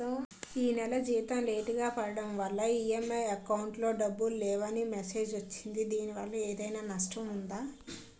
ఈ నెల జీతం లేటుగా పడటం వల్ల ఇ.ఎం.ఐ అకౌంట్ లో డబ్బులు లేవని మెసేజ్ వచ్చిందిదీనివల్ల ఏదైనా నష్టం ఉందా?